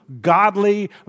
godly